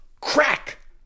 Crack